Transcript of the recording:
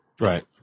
Right